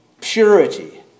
purity